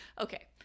Okay